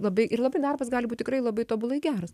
labai ir labai darbas gali būt tikrai labai tobulai geras